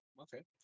Okay